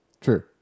True